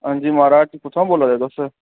अंजी म्हाराज कुत्थां बोल्ला दे तुस